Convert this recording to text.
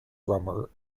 drummer